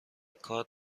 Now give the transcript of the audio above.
کار